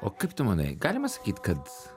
o kaip tu manai galima sakyt kad